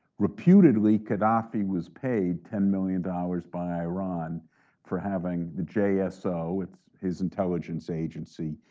reputedly, gaddafi was paid ten million dollars by iran for having the jso, ah so it's his intelligence agency,